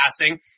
passing